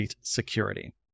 security